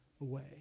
away